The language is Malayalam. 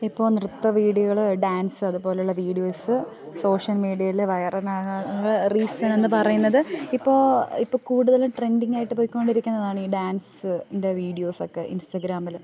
ഇപ്പോൾ നൃത്ത വീഡിയോകള് ഡാൻസ് അതുപോലുള്ള വീഡിയോസ് സോഷ്യൽ മീഡിയയില് വയറലാകാൻ റീസണെന്ന് പറയുന്നത് ഇപ്പോൾ ഇപ്പോൾ കൂടുതലും ട്രെൻഡിങ്ങായിട്ട് പോയികൊണ്ടിരിക്കുന്നതാണ് ഈ ഡേൻസിൻ്റെ വിഡിയോസൊക്കെ ഇൻസ്റ്റഗ്രാമില്